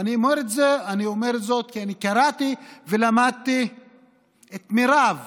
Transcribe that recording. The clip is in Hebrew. ואני אומר זאת כי אני קראתי ולמדתי את רוב